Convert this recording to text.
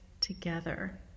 together